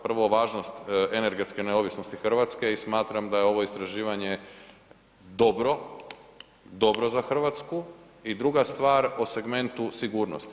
Prvo važnost energetske neovisnosti Hrvatske i smatram da je ovo istraživanje dobro, dobro za Hrvatsku i druga stvar o segmentu sigurnosti.